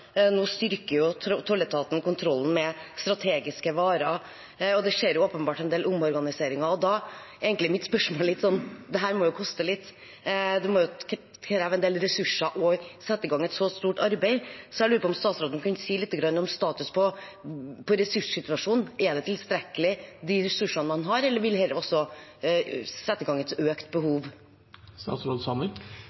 nå styrker kontrollen med strategiske varer, og det skjer åpenbart en del omorganiseringer. Da handler mitt spørsmål om at dette må jo koste litt. Det må jo kreve en del ressurser å sette i gang et så stort arbeid, så jeg lurer på om statsråden kan si lite grann om status på ressurssituasjonen. Er det tilstrekkelig med de ressursene man har, eller vil dette sette i gang et økt